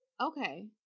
Okay